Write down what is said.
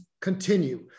continue